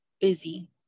busy